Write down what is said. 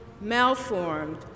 malformed